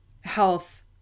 health